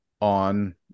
on